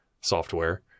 software